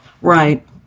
Right